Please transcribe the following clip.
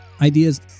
ideas